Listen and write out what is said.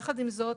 יחד עם זאת,